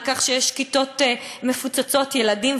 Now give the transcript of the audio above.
על כך שיש כיתות מפוצצות בילדים,